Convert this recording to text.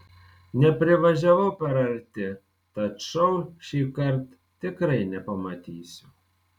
neprivažiavau per arti tad šou šįkart tikrai nepamatysiu